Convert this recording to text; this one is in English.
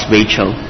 Rachel